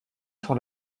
sur